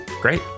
great